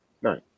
Right